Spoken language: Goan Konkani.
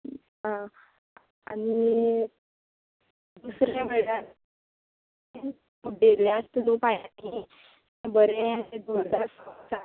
आं आनी दुसरें म्हळ्यार मुड्डीलें आसता न्हू पायांनी तें बरें दवरतात